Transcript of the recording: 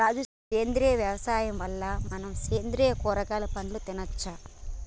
రాజు సేంద్రియ యవసాయం వల్ల మనం సేంద్రియ కూరగాయలు పండ్లు తినచ్చు